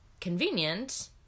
convenient